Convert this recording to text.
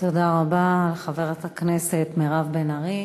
תודה רבה, חברת הכנסת מירב בן ארי.